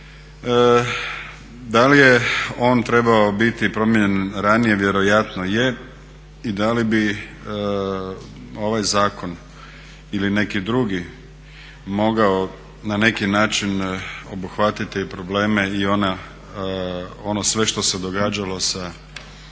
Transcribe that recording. Da li je on trebao biti promijenjen ranije? Vjerojatno je. I da li bi ovaj zakon ili neki drugi mogao na neki način obuhvatiti i probleme i ono sve što se događalo sa